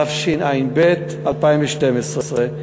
התשע"ב 2012,